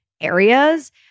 areas